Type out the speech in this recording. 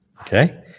Okay